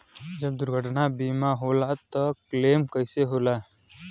जब दुर्घटना बीमा होला त क्लेम कईसे होला?